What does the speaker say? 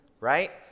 Right